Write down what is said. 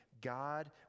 God